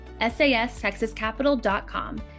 sastexascapital.com